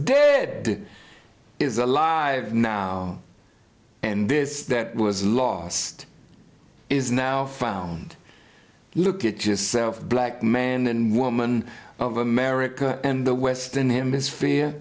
dead is alive now and this that was lost is now found look it just self the black man and woman of america and the western hemisphere